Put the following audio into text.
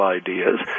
ideas